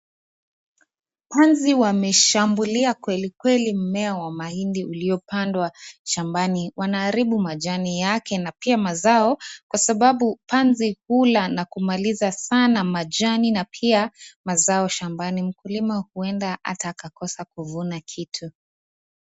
Panzi wameshambulia kweli kweli mmea wa mahindi uliopandwa shambani. Wanaharibu majani yake na pia mazao kwa sababu panzi hula na kumaliza sana majani na pia mazao shambani. Mkulima huenda ata akakosa kuvuna kitu.